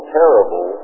terrible